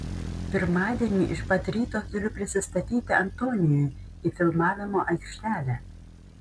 pirmadienį iš pat ryto turiu prisistatyti antonijui į filmavimo aikštelę